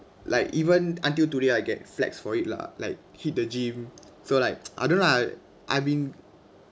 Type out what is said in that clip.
like even until today I get flaks for it lah like hit the gym so like I don't know lah I've been